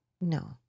No